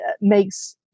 makes